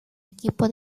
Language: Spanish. equipo